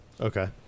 Okay